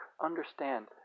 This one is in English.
understand